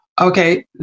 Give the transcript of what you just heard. Okay